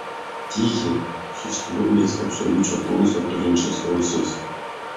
tykiai suskliaudęs absoliučią klausą turinčias ausis